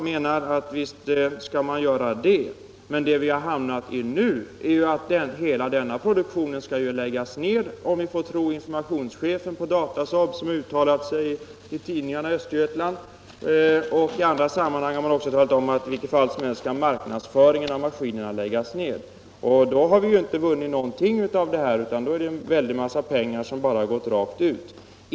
Visst skall man göra det, men situationen nu är ju den att hela denna produktion skall läggas ned, om man får tro informationschefen på Datasaab, som har uttalat sig i tidningarna i Östergötland. I andra sammanhang har det talats om att i vilket fall som helst skall marknadsföringen av maskinerna upphöra. Då har vi ju inte vunnit någonting, utan det är bara en väldig massa pengar som har gått rakt ut.